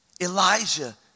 Elijah